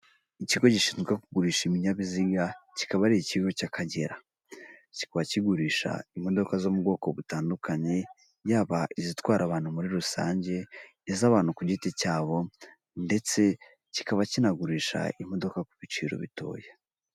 Ikigo gishinzwe kugurisha ibinyabiziga kikaba ari ikigo cy'akagera kikaba kigurisha imodoka zo mu bwoko butandukanye yaba izitwara abantu muri rusange iz'abantu ku giti cyabo ndetse kikaba kinagurisha imodoka ku biciro bitoya.